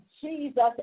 Jesus